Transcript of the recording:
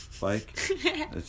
bike